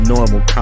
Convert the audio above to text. Normal